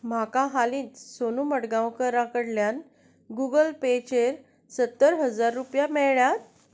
म्हाका हालींच सोनू मडगांवकरा कडल्यान गुगल पेचेर सत्तर हजार रुपया मेळ्ळ्यात